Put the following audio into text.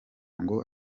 ngo